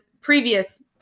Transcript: previous